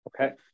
Okay